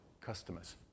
customers